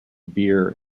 beer